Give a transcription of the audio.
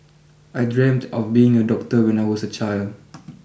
I dreamt of being a doctor when I was a child